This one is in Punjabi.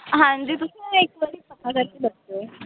ਹਾਂਜੀ ਤੁਸੀਂ ਨਾ ਇੱਕ ਵਾਰੀ ਪਤਾ ਕਰਕੇ ਦੱਸਿਓ